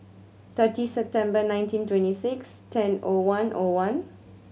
thirty September nineteen twenty six ten O one O one